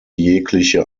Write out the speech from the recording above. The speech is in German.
jegliche